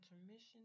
intermission